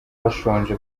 bashonje